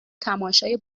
تماشای